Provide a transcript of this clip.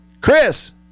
Chris